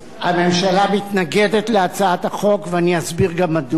הממשלה מתנגדת להצעת החוק, ואני אסביר גם מדוע.